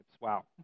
Wow